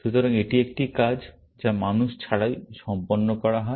সুতরাং এটি একটি কাজ যা মানুষ ছাড়াই সম্পন্ন করা হয়